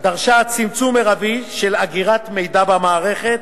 מרבי של אגירת מידע במערכת,